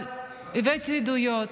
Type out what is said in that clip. אבל הבאתי עדויות,